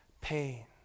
pain